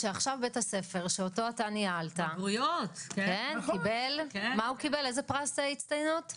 שעכשיו בית הספר שאותו אתה ניהלת קיבל פרס הצטיינות.